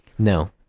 No